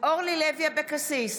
אורלי לוי אבקסיס,